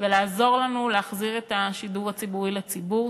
ולעזור לנו להחזיר את השידור הציבורי לציבור.